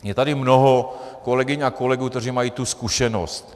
Je tady mnoho kolegyň a kolegů, kteří mají tu zkušenost.